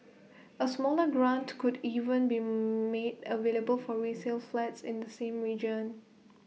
A smaller grant could even be made available for resale flats in the same region